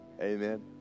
Amen